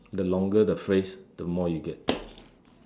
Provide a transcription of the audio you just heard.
the longer the phrase the more you get